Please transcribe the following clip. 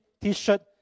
t-shirt